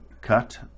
cut